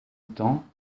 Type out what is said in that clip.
temps